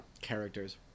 characters